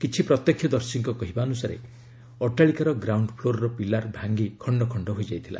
କିଛି ପ୍ରତ୍ୟକ୍ଷ ଦର୍ଶୀଙ୍କ କହିବା ଅନୁସାରେ ଅଟ୍ଟାଳିକାର ଗ୍ରାଉଣ୍ଡ ଫ୍ଲୋର ର ପିଲାର୍ ଭାଙ୍ଗି ଖଣ୍ଡ ହୋଇଯାଇଥିଲା